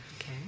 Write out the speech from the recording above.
Okay